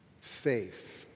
Faith